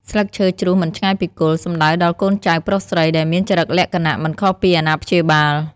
ស្លឹកឈើជ្រុះមិនឆ្ងាយពីគល់ សំដៅដល់់កូនចៅប្រុសស្រីដែលមានចរិកលក្ខណៈ មិនខុសពីអាណាព្យាល។